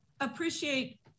appreciate